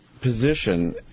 position